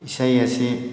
ꯏꯁꯩ ꯑꯁꯤ